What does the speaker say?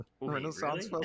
Renaissance